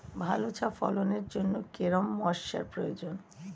ভালো চা ফলনের জন্য কেরম ময়স্চার প্রয়োজন?